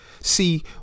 see